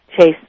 chase